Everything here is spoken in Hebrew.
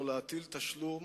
לא להטיל תשלום